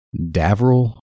Davril